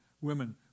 women